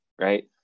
right